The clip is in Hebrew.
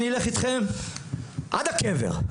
אני אלך אתכם עד הקבר.